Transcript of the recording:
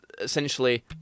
essentially